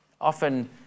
Often